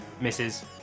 Misses